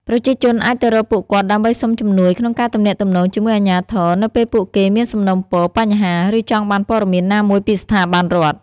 ប្រជាជនអាចទៅរកពួកគាត់ដើម្បីសុំជំនួយក្នុងការទំនាក់ទំនងជាមួយអាជ្ញាធរ នៅពេលពួកគេមានសំណូមពរ បញ្ហា ឬចង់បានព័ត៌មានណាមួយពីស្ថាប័នរដ្ឋ។